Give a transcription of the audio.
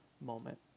moment